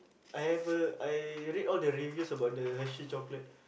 I ever I read all the reviews about the Hershey chocolate